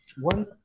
one